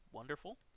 wonderful